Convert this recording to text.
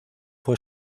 fue